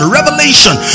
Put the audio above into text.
revelation